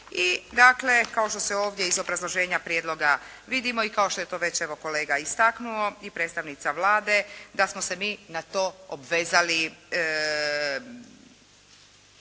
I dakle kao što se ovdje iz obrazloženja prijedloga vidimo i kao što je to već evo kolega istaknuo i predstavnica Vlade, da smo se mi na to obvezali